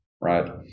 right